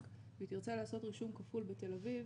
והיא תרצה לעשות רישום כפול בתל אביב,